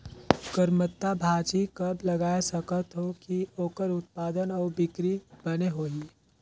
करमत्ता भाजी कब लगाय सकत हो कि ओकर उत्पादन अउ बिक्री बने होही?